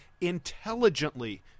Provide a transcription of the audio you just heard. intelligently